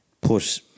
put